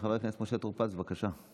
חבר הכנסת משה טור פז, בבקשה.